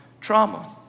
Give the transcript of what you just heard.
trauma